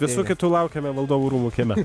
visų kitų laukiame valdovų rūmų kieme